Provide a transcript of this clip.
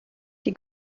die